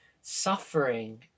suffering